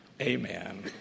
amen